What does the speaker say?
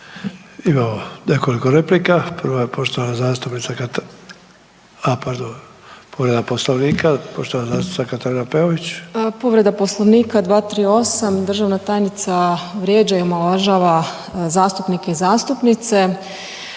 **Peović, Katarina (RF)** Povreda Poslovnika 238. državna tajnica vrijeđa i omalovažava zastupnike i zastupnice